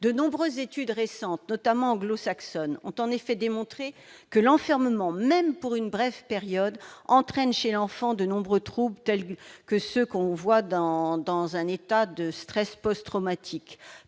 De nombreuses études récentes, notamment anglo-saxonnes, ont en effet démontré que l'enfermement, même pour une brève période, entraîne chez l'enfant de multiples troubles tels que ceux qui sont observés lors d'un état de stress post-traumatique